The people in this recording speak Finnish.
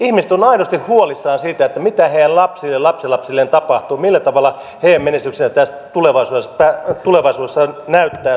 ihmiset ovat aidosti huolissaan siitä mitä heidän lapsilleen lapsenlapsilleen tapahtuu millä tavalla heidän menestyksensä tulevaisuudessa näyttäytyy